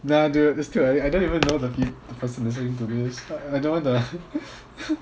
nah dude it's too early I don't even know the peo~ person listening to this I don't wanna